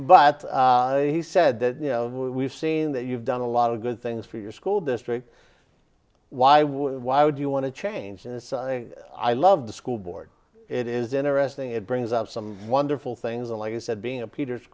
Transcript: but he said that you know we've seen that you've done a lot of good things for your school district why would why would you want to change and i love the school board it is interesting it brings up some wonderful things and like you said being a peters